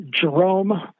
Jerome